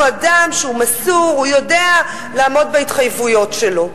הוא אדם מסור, הוא יודע לעמוד בהתחייבויות שלו.